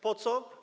Po co?